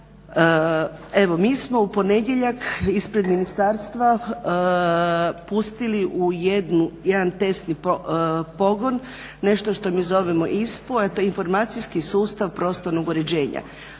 Evo mi smo u ponedjeljak ispred ministarstva pustili u jedan testni pogon nešto što mi zovemo ISPO a to je informacijski sustav prostornog uređenja.